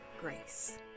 grace